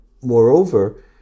moreover